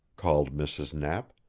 called mrs. knapp.